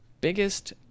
biggest